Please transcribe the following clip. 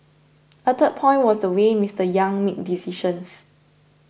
a third point was the way Mister Yang made decisions